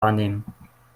wahrnehmen